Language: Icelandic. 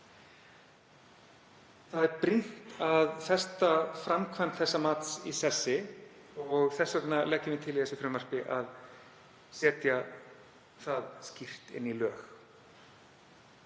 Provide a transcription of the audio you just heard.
Það er brýnt að festa framkvæmd þessa mats í sessi og þess vegna leggjum við til í þessu frumvarpi að setja það skýrt inn í lög.